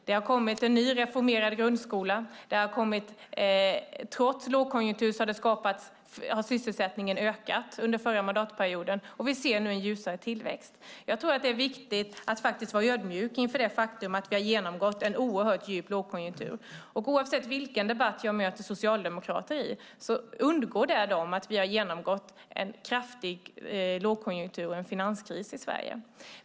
Det har kommit en ny, reformerad grundskola, och trots lågkonjunktur har sysselsättningen ökat under den förra mandatperioden. Vi ser nu en ljusare tillväxt. Jag tror att det är viktigt att vara ödmjuk inför det faktum att vi genomgått en djup lågkonjunktur. Oavsett i vilken debatt jag möter socialdemokrater undgår det dem att vi genomgått en kraftig lågkonjunktur och en finanskris i Sverige.